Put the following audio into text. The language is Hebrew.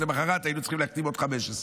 אז למוחרת היינו צריכים להחתים עוד 15,